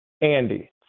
Andy